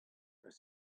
eus